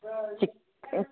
ചിക്ക്